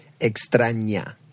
extraña